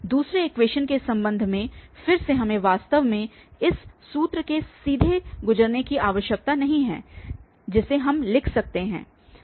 दूसरे इक्वेशन के संबंध में फिर से हमें वास्तव में इस सूत्र से सीधे गुजरने की आवश्यकता नहीं है जिसे हम लिख सकते हैं